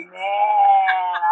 man